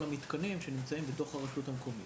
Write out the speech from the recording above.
המתקנים שנמצאים בתוך הרשות המקומית.